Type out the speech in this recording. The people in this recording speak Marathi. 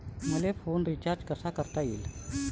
मले फोन रिचार्ज कसा करता येईन?